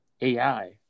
AI